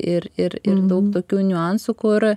ir ir ir daug tokių niuansų kur